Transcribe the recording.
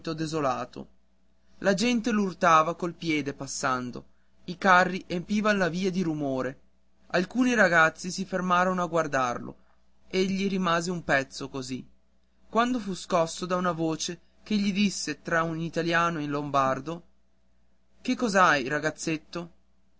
desolato la gente l'urtava coi piedi passando i carri empivan la via di rumore alcuni ragazzi si fermarono a guardarlo egli rimase un pezzo così quando fu scosso da una voce che gli disse tra in italiano e in lombardo che cos'hai ragazzetto